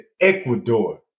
Ecuador